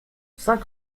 cinq